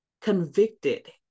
convicted